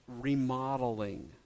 remodeling